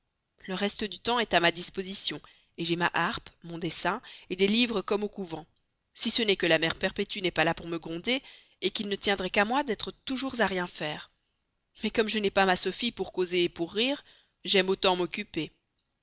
le reste du temps est à ma disposition j'ai ma harpe mon dessin des livres comme au couvent si ce n'est que la mère perpétue n'est pas là pour me gronder qu'il ne tiendrait qu'à moi d'être toujours sans rien faire mais comme je n'ai pas ma sophie pour causer ou pour rire j'aime autant m'occuper